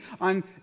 on